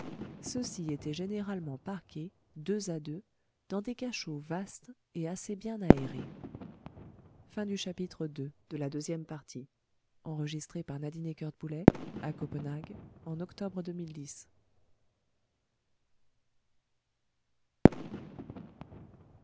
ceux-ci étaient généralement parqués deux à deux dans des cachots vastes et assez bien aérés